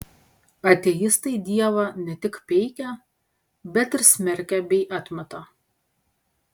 ateistai dievą ne tik peikia bet ir smerkia bei atmeta